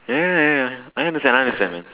yeah yeah yeah yeah I understand I understand